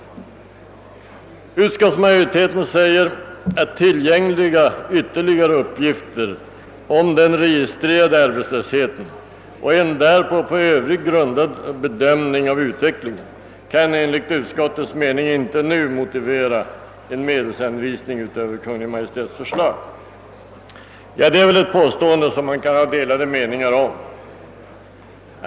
Utskottsmajoriteten anför att tillgängliga ytterligare uppgifter om den registrerade arbetslösheten och en därpå grundad bedömning av utvecklingen enligt utskottsmajoritetens mening inte nu kan motivera en medelsanvisning utöver Kungl. Maj:ts förslag. Det är väl ett påstående som man kan ha delade meningar om.